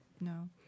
No